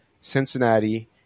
Cincinnati